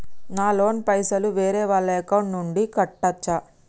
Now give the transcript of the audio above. నా లోన్ పైసలు వేరే వాళ్ల అకౌంట్ నుండి కట్టచ్చా?